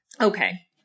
Okay